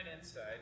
inside